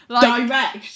Direct